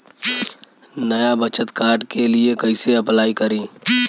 नया बचत कार्ड के लिए कइसे अपलाई करी?